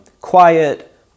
quiet